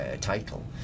title